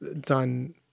done